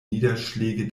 niederschläge